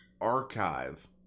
archive